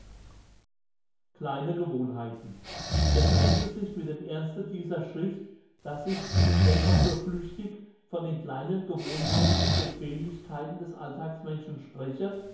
gewohnheiten verträgt es sich mit dem ernste dieser schrift dass ich wenn auch nur flüchtig von den kleinen gewohnheiten und bequemlichkeiten des alltagsmenschen spreche